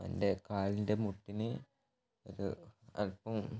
എൻ്റെ കാലിൻ്റെ മുട്ടിന് ഒരു അൽപ്പം